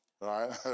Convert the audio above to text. right